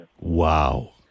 Wow